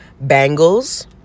bangles